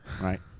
right